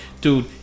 dude